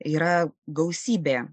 yra gausybė